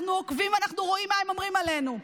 אנחנו עוקבים ואנחנו רואים מה הם אומרים עלינו.